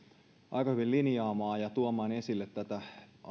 aika hyvin linjaamaan ja tuomaan esille tätä